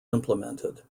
implemented